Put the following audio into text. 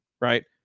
Right